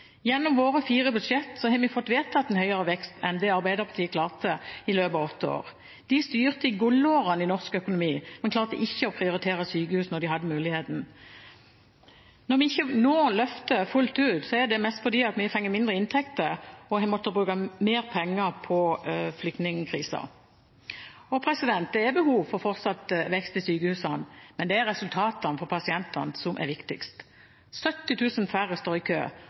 Gjennom våre fire budsjetter har vi fått vedtatt en høyere vekst enn Arbeiderpartiet klarte i løpet av åtte år. De styrte i gullårene i norsk økonomi, men klarte ikke å prioritere sykehusene da de hadde muligheten. Når vi nå ikke løfter fullt ut, er det mest fordi vi har fått mindre inntekter og har måttet bruke mer penger på flyktningkrisen. Det er behov for fortsatt vekst i sykehusene, men det er resultatene for pasientene som er viktigst – 70 000 færre står i kø,